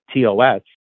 TOS